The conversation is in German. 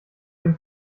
dem